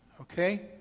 Okay